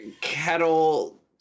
Kettle